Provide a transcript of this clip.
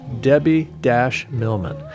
Debbie-Millman